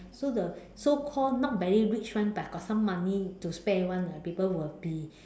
so the so called not very rich [one] but got some money to spare [one] ah people will be